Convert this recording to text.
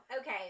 okay